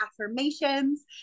affirmations